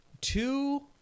two